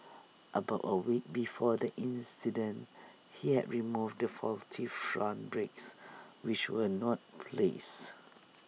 about A week before the accident he had removed the faulty front brakes which were not replaced